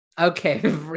Okay